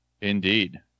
Indeed